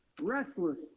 restless